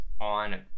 on